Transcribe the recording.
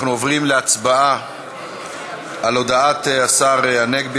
אנחנו עוברים להצבעה על הודעת השר הנגבי,